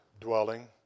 dwelling